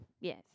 Yes